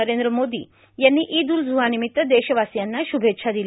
नरेंद्र मोदी यांनी ईद उल जुहा निमित्त देशवासीयांना श्रभेच्छा दिल्या